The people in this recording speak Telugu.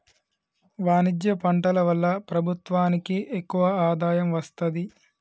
వాణిజ్య పంటల వల్ల ప్రభుత్వానికి ఎక్కువ ఆదాయం వస్తది